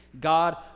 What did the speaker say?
God